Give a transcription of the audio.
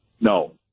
No